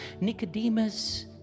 Nicodemus